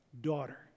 daughter